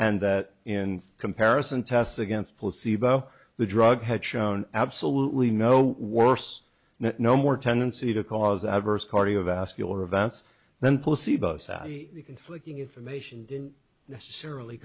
and that in comparison tests against placebo the drug had shown absolutely no worse no more tendency to cause adverse cardiovascular events than placebo the conflicting information didn't necessarily